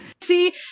See